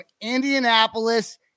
Indianapolis